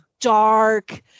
dark